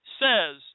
says